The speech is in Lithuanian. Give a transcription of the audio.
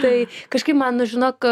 tai kažkaip man nu žinok